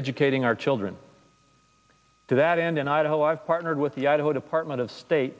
educating our children to that end in idaho i've partnered with the idaho department of state